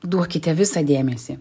duokite visą dėmesį